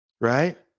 Right